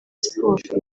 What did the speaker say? siporo